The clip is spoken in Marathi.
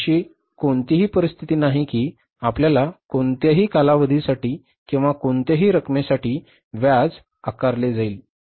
अशी कोणतीही परिस्थिती नाही की आपल्याला कोणत्याही कालावधीसाठी किंवा कोणत्याही रकमेसाठी व्याज आकारले जाईल